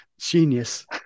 Genius